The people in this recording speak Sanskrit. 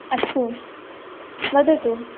अस्तु वदतु